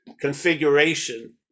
configuration